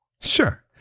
Sure